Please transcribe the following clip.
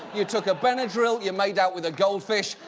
you took a benadryl, you made out with a goldfish,